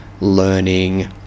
learning